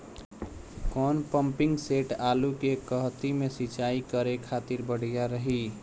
कौन pumping set आलू के कहती मे सिचाई करे खातिर बढ़िया रही?